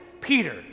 Peter